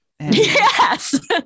Yes